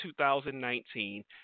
2019